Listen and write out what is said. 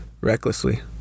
recklessly